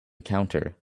counter